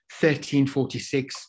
1346